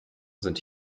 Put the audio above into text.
sind